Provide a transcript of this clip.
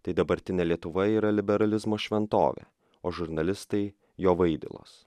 tai dabartinė lietuva yra liberalizmo šventovė o žurnalistai jo vaidilos